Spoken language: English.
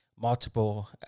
multiple